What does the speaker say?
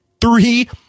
three